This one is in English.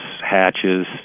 hatches